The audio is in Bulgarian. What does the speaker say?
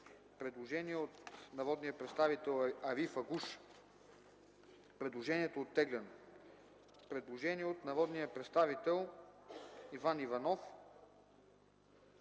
Предложение от народния представител Ариф Агуш. Предложението е оттеглено. Предложение от народния представител Иван Иванов.